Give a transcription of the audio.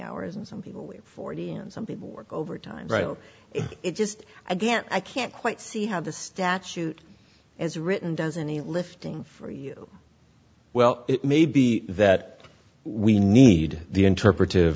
hours and some people are forty and some people work overtime it just again i can't quite see how the statute as written does any lifting for you well it may be that we need the interpret